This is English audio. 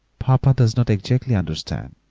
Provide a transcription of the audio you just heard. papa doesn't exactly understand.